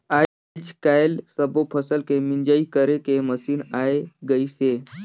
आयज कायल सब्बो फसल के मिंजई करे के मसीन आये गइसे